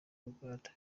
uganda